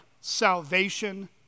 salvation